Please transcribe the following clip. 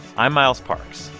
i'm miles parks.